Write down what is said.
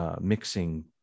Mixing